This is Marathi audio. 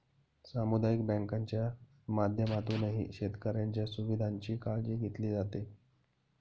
सामुदायिक बँकांच्या माध्यमातूनही शेतकऱ्यांच्या सुविधांची काळजी घेतली जाते